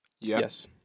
Yes